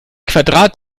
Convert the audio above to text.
quadrat